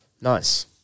Nice